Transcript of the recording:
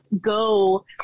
go